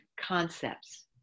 concepts